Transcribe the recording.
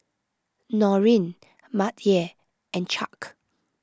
Norine Mattye and Chuck